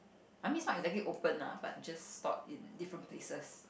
I mean it's not exactly open lah but just stored in different places